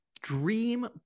Dream